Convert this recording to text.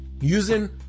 Using